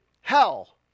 hell